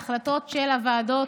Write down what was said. ההחלטות של הוועדות